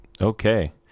Okay